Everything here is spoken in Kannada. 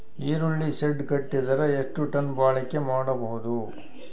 ಈರುಳ್ಳಿ ಶೆಡ್ ಕಟ್ಟಿದರ ಎಷ್ಟು ಟನ್ ಬಾಳಿಕೆ ಮಾಡಬಹುದು?